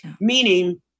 meaning